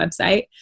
website